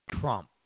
Trump